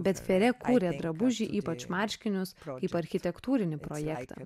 bet fere kurė drabužį ypač marškinius kaip architektūrinį projektą